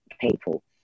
people